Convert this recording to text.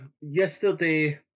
yesterday